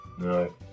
no